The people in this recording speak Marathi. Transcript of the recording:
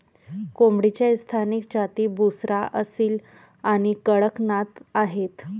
कोंबडीच्या स्थानिक जाती बुसरा, असील आणि कडकनाथ आहेत